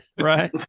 Right